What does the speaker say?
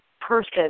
person